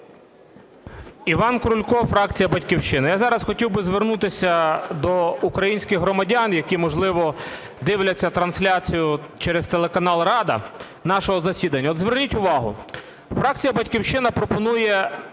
Іван Крулько, фракція "Батьківщина". Я зараз хотів би звернутися до українських громадян, які, можливо, дивляться трансляцію через телеканал "Рада" нашого засідання. От зверніть увагу, фракція "Батьківщина" пропонує